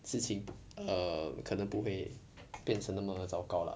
事情 err 可能不会变成那么糟糕 lah